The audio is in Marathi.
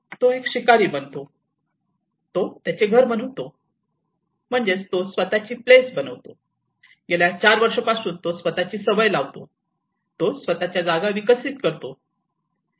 तो एक शिकारी बनतो तो त्याचे घर बनवतो तो स्वत चे प्लेस बनवितो गेल्या 4 वर्षांपासून तो स्वत ची सवय लावतो तो स्वत च्या जागा विकसित करतो